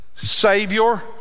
Savior